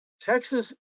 Texas